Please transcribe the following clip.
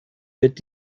wird